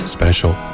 Special